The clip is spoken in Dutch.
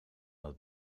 dat